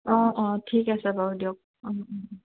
অঁ অঁ ঠিক আছে বাৰু দিয়ক অঁ অঁ